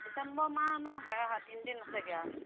ডিচেম্বৰ মাহনো তিনিদিন আছেগৈ আৰু